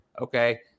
Okay